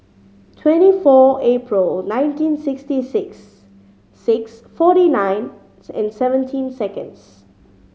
twenty four April nineteen sixty six six forty nine and seventeen seconds